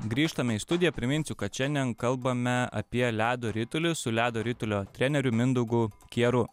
grįžtame į studiją priminsiu kad šiandien kalbame apie ledo ritulį su ledo ritulio treneriu mindaugu kieru